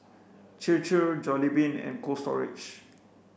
Chir Chir Jollibean and Cold Storage